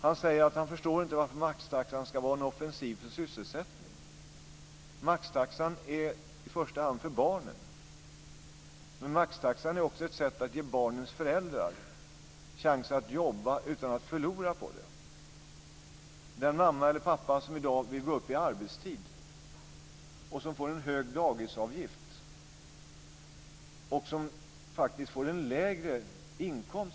Han säger att han inte förstår att maxtaxan skulle vara en offensiv för sysselsättningen. Maxtaxan är i första hand för barnen. Men den är också ett sätt att ge barnens föräldrar chans att jobba utan att förlora på det. Den mamma eller pappa som i dag vill gå upp i arbetstid får då högre dagisavgift och lägre inkomst.